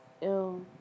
ill